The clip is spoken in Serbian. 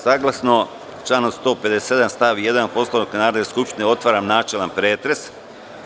Saglasno članu 157. stav 1. Poslovnika Narodne skupštine, otvaram načelni pretres.